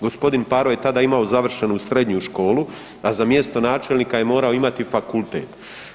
G. Paro je tada imao završenu srednju školu a za mjesto načelnika je morao imati fakultet.